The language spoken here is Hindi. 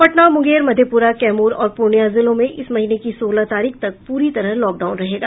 पटना मुंगेर मधेपुरा कैमूर और पूर्णिया जिलों में इस महीने की सोलह तारीख तक पूरी तरह लॉकडाउन रहेगा